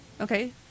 Okay